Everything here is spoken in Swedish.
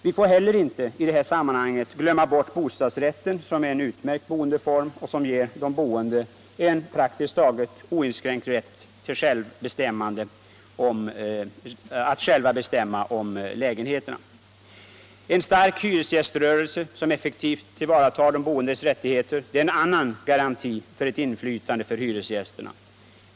Vi får i det här sammanhanget inte heller glömma bort bostadsrätten, som är en utmärkt boendeform och som ger de boende en praktiskt taget oinskränkt rätt att själva bestämma över sina lägenheter. En stark hyresgäströrelse som effektivt tillvaratar de boendes rättigheter är en annan garanti för ett inflytande för hyresgästerna.